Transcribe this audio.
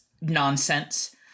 nonsense